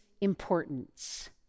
importance